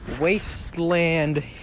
wasteland